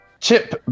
chip